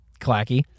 Clacky